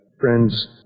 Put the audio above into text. friends